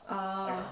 orh